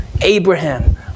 Abraham